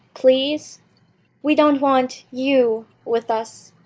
please we don't want you with us!